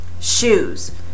Shoes